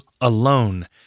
alone